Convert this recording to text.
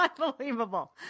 Unbelievable